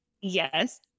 yes